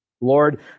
Lord